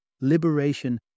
liberation